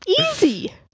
easy